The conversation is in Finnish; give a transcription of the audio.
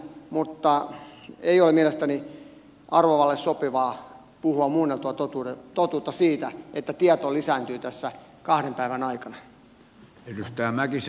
mutta ei ole mielestäni arvovallalle sopivaa puhua muunneltua totuutta siitä että tieto lisääntyi tässä kahden päivän aikana